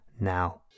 now